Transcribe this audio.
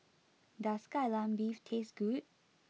does Kai Lan Beef taste good